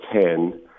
ten